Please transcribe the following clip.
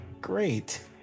Great